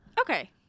Okay